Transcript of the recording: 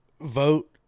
Vote